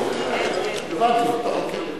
אם לא תהיה ברירה.